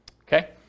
okay